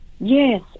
Yes